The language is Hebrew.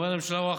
הממשלה רואה,